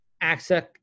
access